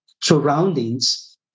surroundings